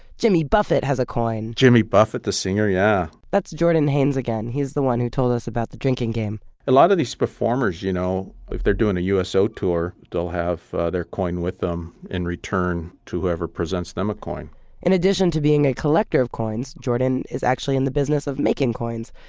jimmy buffett has a coin jimmy buffett the singer, yeah that's jordan haines again. he's the one who told us about the drinking game a lot of these performers, you know, if they're doing a uso so tour, they'll have their coin with them in return to whoever presents them a coin in addition to being a collector of coins, jordan is actually in the business of making coins.